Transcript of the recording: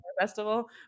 festival